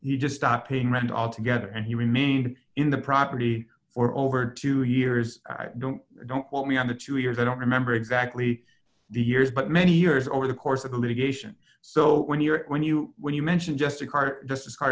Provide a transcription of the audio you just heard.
he just stopped paying rent altogether and he remained in the property for over two years i don't i don't quote me on the two years i don't remember exactly the years but many years over the course of the litigation so when you're when you when you mentioned just